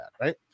right